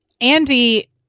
Andy